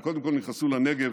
הם קודם כול נכנסו לנגב.